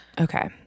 okay